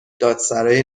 دادسرای